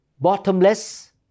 bottomless